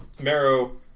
marrow